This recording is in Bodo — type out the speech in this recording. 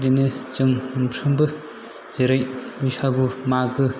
बिदिनो जों सानफ्रामबो जेरै बैसागु मागो